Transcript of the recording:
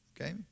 okay